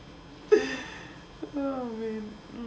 help me